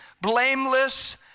blameless